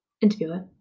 Interviewer